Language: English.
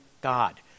God